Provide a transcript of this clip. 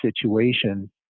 situation